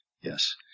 Yes